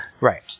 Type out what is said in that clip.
Right